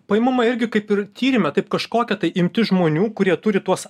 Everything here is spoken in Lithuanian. paimama irgi kaip ir tyrime taip kažkokia tai imti žmonių kurie turi tuos